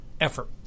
effort